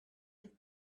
have